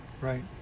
Right